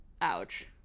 ouch